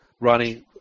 Ronnie